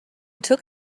took